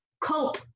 cope